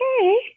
okay